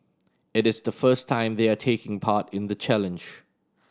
it is the first time they are taking part in the challenge